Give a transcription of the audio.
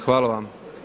Hvala vam.